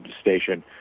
station